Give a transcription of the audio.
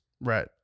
Right